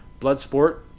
Bloodsport